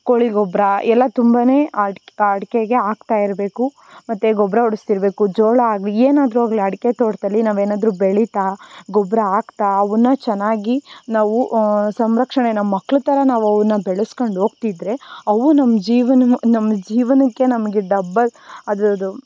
ಕೋಳಿ ಗೊಬ್ಬರ ಎಲ್ಲ ತುಂಬ ಆ ಅಡಿಕೆಗೆ ಹಾಕ್ತಾಯಿರ್ಬೇಕು ಮತ್ತು ಗೊಬ್ಬರ ಹೊಡಸ್ತಿರಬೇಕು ಜೋಳ ಆಗಲೀ ಏನಾದರೂ ಆಗಲೀ ಅಡಿಕೆ ತೋಟದಲ್ಲಿ ನಾವೇನಾದರೂ ಬೆಳಿತಾ ಗೊಬ್ಬರ ಹಾಕ್ತಾ ಅವನ್ನು ಚೆನ್ನಾಗಿ ನಾವು ಸಂರಕ್ಷಣೆ ನಮ್ಮ ಮಕ್ಳ್ ಥರ ನಾವು ಅವನ್ನು ಬೆಳೆಸ್ಕೊಂಡ್ ಹೋಗ್ತಿದ್ರೆ ಅವು ನಮ್ಮ ಜೀವನವು ನಮ್ಮ ಜೀವನಕ್ಕೆ ನಮಗೆ ಡಬ್ಬಲ್ ಅದ್ರದ್ದು